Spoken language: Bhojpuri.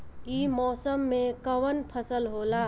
ई मौसम में कवन फसल होला?